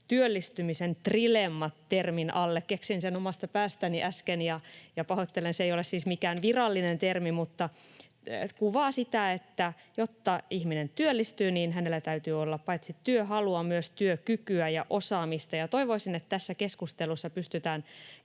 työllistymisen trilemmat ‑termin alle. Keksin sen omasta päästäni äsken, ja pahoittelen, se ei ole siis mikään virallinen termi, mutta kuvaa sitä, että jotta ihminen työllistyy, hänellä täytyy olla paitsi työhalua myös työkykyä ja osaamista. Toivoisin, että tässä keskustelussa pystytään